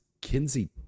Kinsey